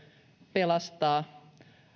pelastaa